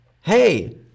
hey